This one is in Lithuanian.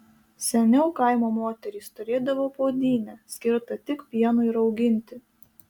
seniau kaimo moterys turėdavo puodynę skirtą tik pienui rauginti